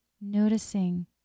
Noticing